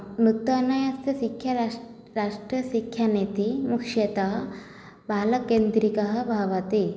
नूतनयस्य शिक्षा राश् राष्ट्रशिक्षानीतिः मुख्यतः बालकेन्द्रितः भवति